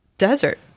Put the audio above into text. desert